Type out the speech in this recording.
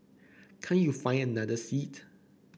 can't you find another seat